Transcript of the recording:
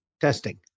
testing